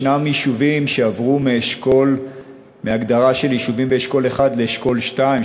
ישנם יישובים שעברו מהגדרה של יישובים באשכול 1 לאשכול 2,